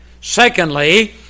Secondly